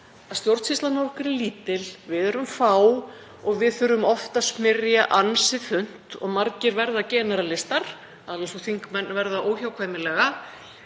að stjórnsýslan okkar er lítil, við erum fá og við þurfum oft að smyrja ansi þunnt. Margir verða generalistar, alveg eins og þingmenn verða óhjákvæmilega